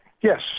Yes